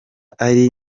ari